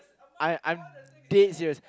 I I 'm dead serious